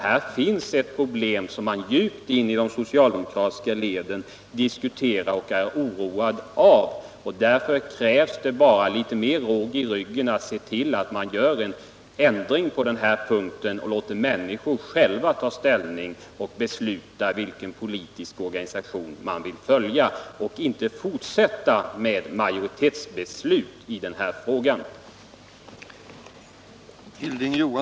Här finns ett problem som man diskuterar djupt inne i de socialdemokratiska leden och som många även är djupt oroade av. Därför krävs det bara litet mera råg i ryggen så att man ser till att det blir en ändring på den här punkten så att människorna själva kan få ta ställning och besluta om vilken politisk organisation de vill tillhöra. Man kan rimligen inte fortsätta med majoritetsbeslut i denna fråga.